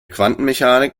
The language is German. quantenmechanik